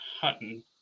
Hutton